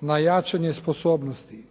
na jačanje sposobnosti